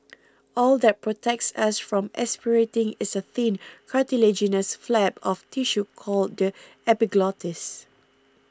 all that protects us from aspirating is a thin cartilaginous flap of tissue called the epiglottis